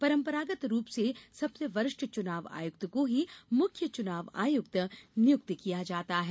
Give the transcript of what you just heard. परंपरागत रूप से सबसे वरिष्ठ चुनाव आयुक्त को ही मुख्य चुनाव आयुक्त नियुक्त किया जाता है